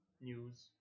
news